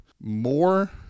more